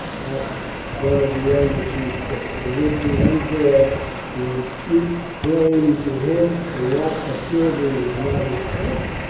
aska, one of the older chiefs, said. it would be unfair to impute blame to him for what assuredly was not his fault,